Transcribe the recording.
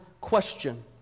Question